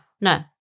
No